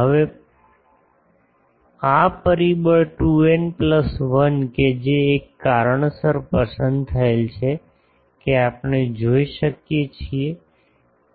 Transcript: હવે આ પરિબળ 2 એન પ્લસ 1 કે જે એક કારણસર પસંદ થયેલ છે કે આપણે જોઈ શકીએ